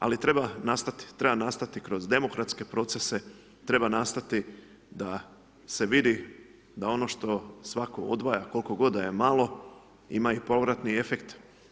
Ali treba nastati kroz demokratske procese, treba nastati da se vidi da ono što svako odvaja koliko god da je malo, ima i povratni efekt.